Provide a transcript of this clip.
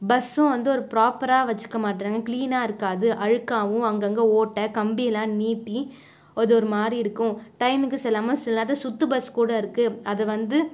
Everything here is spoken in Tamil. பஸ்சும் வந்து ஒரு ப்ராப்பராக வச்சிக்க மாட்டறாங்க க்ளீனாக இருக்காது அழுக்காகவும் அங்கங்கே ஓட்டை கம்பியெல்லாம் நீட்டி அது ஒரு மாதிரி இருக்கும் டைமுக்கு செல்லாமல் சில நேரத்தில் சுற்று பஸ் கூட இருக்குது அது வந்து